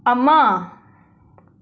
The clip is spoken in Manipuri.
ꯑꯃ